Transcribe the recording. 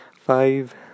Five